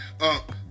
Up